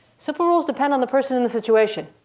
simple rules depend on the person and the situation.